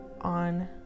on